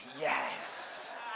Yes